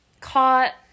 caught